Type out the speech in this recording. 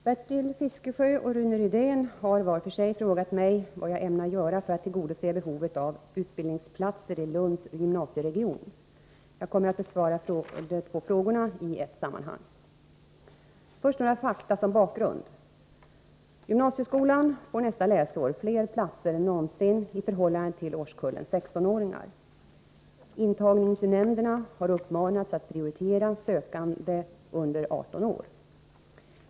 Herr talman! Bertil Fiskesjö och Rune Rydén har var för sig frågat mig vad Om ökat antal utjag ämnar göra för att tillgodose behovet av utbildningsplatser i Lunds bildningsplatser i gymnasieregion. Jag kommer att besvara de två frågorna i ett sammanhang. Lunds gymnasiere Först några fakta som bakgrund. Gymnasieskolan får nästa läsår fler gion platser än någonsin i förhållande till årskullen 16-åringar. Intagningsnämnderna har uppmanats att prioritera sökande under 18 år.